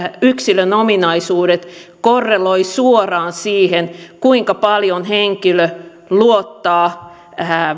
yksilön ominaisuudet korreloivat suoraan siihen kuinka paljon henkilö luottaa